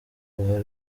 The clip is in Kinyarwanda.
ruhare